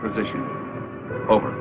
position over